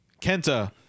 Kenta